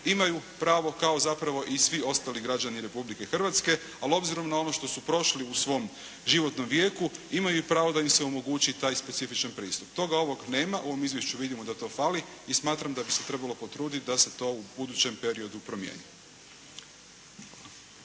imaju pravo, kao zapravo i svi ostali građani Republike Hrvatske, ali obzirom na ono što su prošli u svom životnom vijeku imaju i pravo da im se omogući taj specifičan pristup. Toga ovog nema, u ovom izvješću vidimo da to fali, i smatram da bi se trebalo potruditi da se to u budućem periodu promijeni.